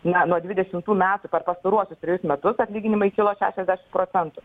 na nuo dvidešimtų metų per pastaruosius trejus metus atlyginimai kilo šešiasdešimt procentų